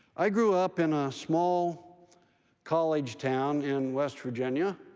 i grew up in a small college town in west virginia.